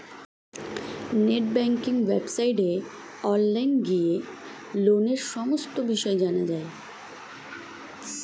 net banking ওয়েবসাইটে online গিয়ে লোনের সমস্ত বিষয় জানা যায়